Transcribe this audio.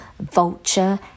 vulture